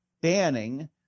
banning